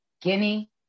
Guinea